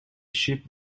ship